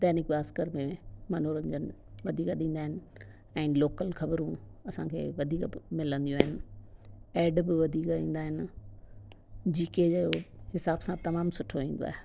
दैनिक भास्कर में मनोरंजन वधीक ॾींदा आहिनि ऐं लोकल ख़बरूं असांखे वधीक मिलंदियूं आहिनि एड बि वधीक ईंदा आहिनि जीके जो हिसाब सां तमामु सुठो ईंदो आहे